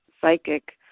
psychic